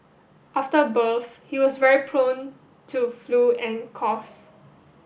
after birth he was very prone to flu and coughs